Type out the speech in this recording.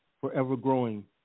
forever-growing